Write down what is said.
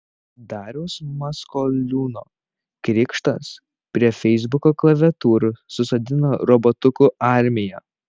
dariaus maskoliūno krikštas prie feisbuko klaviatūrų susodino robotukų armiją